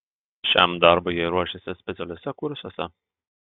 šiam darbui jie ruošiasi specialiuose kursuose